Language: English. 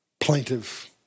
plaintive